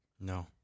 No